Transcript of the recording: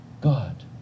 God